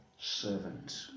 servant